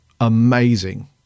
amazing